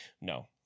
no